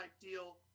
deal